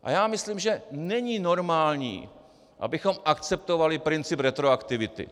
A já myslím, že není normální, abychom akceptovali princip retroaktivity.